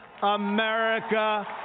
America